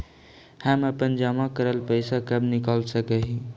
हम अपन जमा करल पैसा कब निकाल सक हिय?